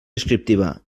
descriptiva